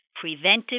preventive